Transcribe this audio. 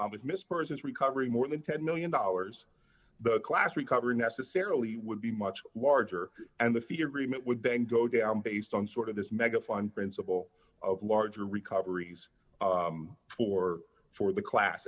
obvious mispresent recovery more than ten million dollars the class recovery necessarily would be much larger and the fee agreement would then go down based on sort of this mega fun principle of larger recoveries for for the class